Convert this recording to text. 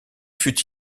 fut